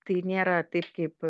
tai nėra taip kaip